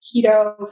keto